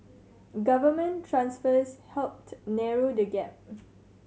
government transfers helped narrow the gap